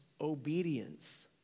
obedience